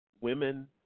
women